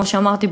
כמו שאמרתי,